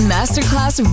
Masterclass